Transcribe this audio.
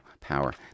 power